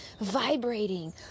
Vibrating